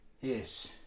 Yes